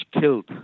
killed